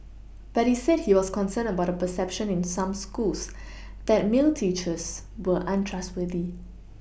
but he said he was concerned about a perception in some schools that male teachers were untrustworthy